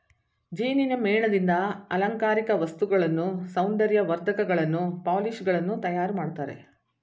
ಜೇನಿನ ಮೇಣದಿಂದ ಅಲಂಕಾರಿಕ ವಸ್ತುಗಳನ್ನು, ಸೌಂದರ್ಯ ವರ್ಧಕಗಳನ್ನು, ಪಾಲಿಶ್ ಗಳನ್ನು ತಯಾರು ಮಾಡ್ತರೆ